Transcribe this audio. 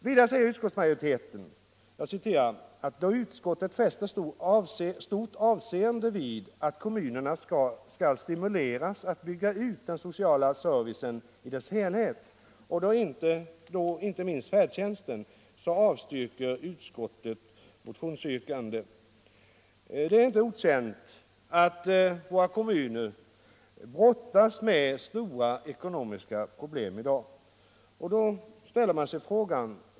Vidare säger utskottsmajoriteten: ”Med hänsyn till det anförda och då utskottet fäster stort avseende vid att kommunerna skall stimuleras att bygga ut den sociala servicen i dess helhet och då inte minst färdtjänsten, avstyrker utskottet motionsyrkandet.” Det är inte okänt att våra kommuner brottas med stora ekonomiska problem i dag.